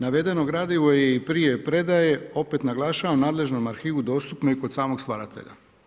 Navedeno gradivo je i prije predaje, opet naglašavam nadležnom arhivu dostupno i kod samog stvaratelja.